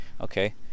okay